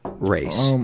race. um